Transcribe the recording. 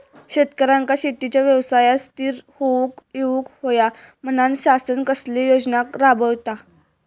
शेतकऱ्यांका शेतीच्या व्यवसायात स्थिर होवुक येऊक होया म्हणान शासन कसले योजना राबयता?